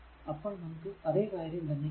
അപ്പോൾ നമുക്ക് അതെ കാര്യം തന്നെ കിട്ടും